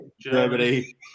Germany